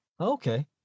Okay